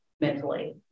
mentally